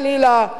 חלילה,